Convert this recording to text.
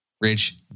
Rich